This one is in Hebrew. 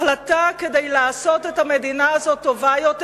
החלטה כדי לעשות את המדינה הזאת טובה יותר,